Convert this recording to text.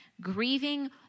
Grieving